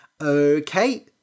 Okay